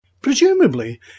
Presumably